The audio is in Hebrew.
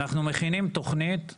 אנחנו מכינים תוכנית,